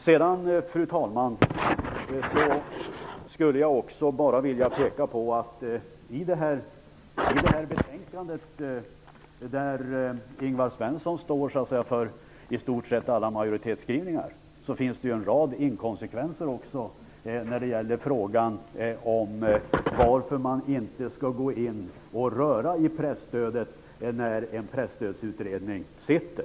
I det här betänkandet, fru talman, där Ingvar Svensson står bakom i stort sett alla majoritetsskrivningar, finns en rad inkonsekvenser när det gäller varför man inte skall gå in och röra i presstödet medan en presstödsutredning sitter.